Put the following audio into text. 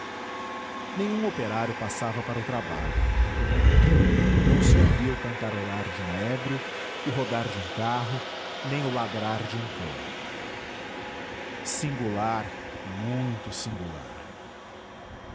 nenhum operário passava para o trabalho não se ouvia o cantarolar de um ébrio o rodar de um carro nem o ladrar de um cão singular muito singular